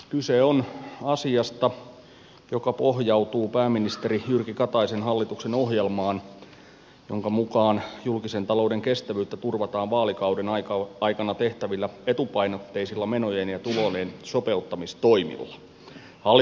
kyse on asiasta joka pohjautuu pääministeri jyrki kataisen hallituksen ohjelmaan jonka mukaan julkisen talouden kestävyyttä turvataan vaalikauden aikana tehtävillä etupainotteisilla menojen ja tulojen sopeuttamistoimilla